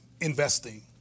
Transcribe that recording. investing